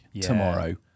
tomorrow